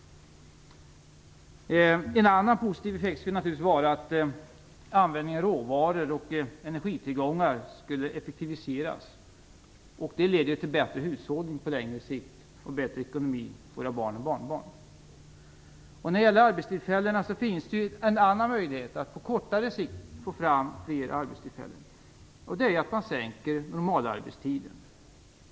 En annan positiv effekt skulle man naturligtvis få om användningen av råvaror och energitillgångar effektiviserades. Det leder till bättre hushållning på längre sikt, samtidigt som ekonomin för våra barn och barnbarn blir bättre. När det gäller arbetstillfällena finns det en annan möjlighet att på kortare sikt få fram fler arbetstillfällen. Det handlar om att sänka normalarbetstiden.